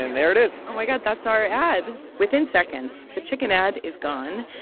and there it is oh, my god. that's our ad within seconds, the chicken ad is gone,